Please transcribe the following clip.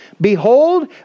Behold